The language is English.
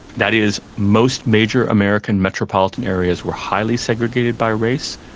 that is, most major american metropolitan areas were highly segregated by race,